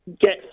get